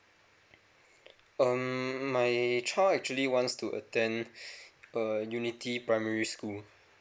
um my child actually wants to attend uh unity primary school